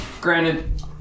Granted